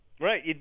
Right